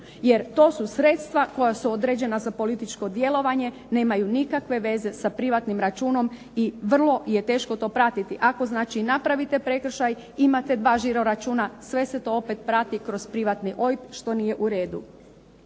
Jer to su sredstva koja su određena za političko djelovanje. Nemaju nikakve veze sa privatnim računom i vrlo je teško to pratiti. Ako znači napravite prekršaj imate dva žiro računa sve se to opet prati kroz privatni OIB što nije u redu.